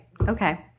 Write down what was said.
Okay